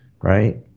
right